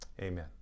amen